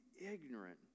ignorant